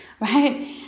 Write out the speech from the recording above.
right